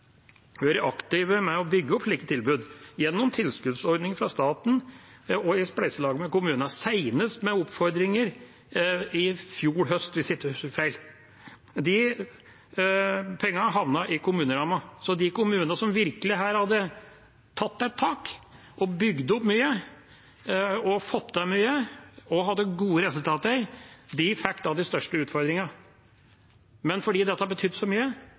vært aktive med å bygge opp slike tilbud, gjennom tilskuddsordninger fra staten og i spleiselag med kommunene – senest med oppfordringer i fjor høst, hvis jeg ikke husker feil. De pengene havnet i kommunerammen, så de kommunene som virkelig her hadde tatt i et tak og bygd opp og fått til mye og hadde gode resultater, fikk de største utfordringene. Men fordi dette har betydd så mye